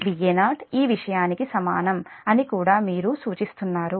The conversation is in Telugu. Va0 ఈ విషయానికి సమానం అని కూడా మీరు సూచిస్తున్నారు